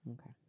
okay